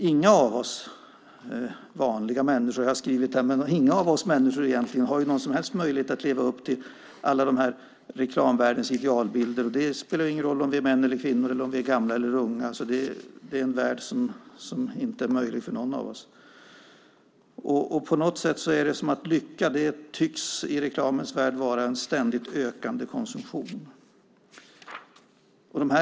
Ingen av oss människor har egentligen några som helst möjligheter att leva upp till alla reklamvärldens idealbilder. Det spelar ingen roll om vi är män eller kvinnor, gamla eller unga. Det är en värld som inte är möjlig för någon av oss. På något sätt är det som att lycka i reklamens värld tycks vara en ständigt ökande konsumtion.